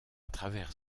travers